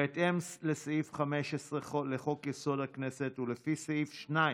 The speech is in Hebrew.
בהתאם לסעיף 15 לחוק-יסוד: הכנסת, ולפי סעיף 2